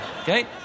okay